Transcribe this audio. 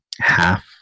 half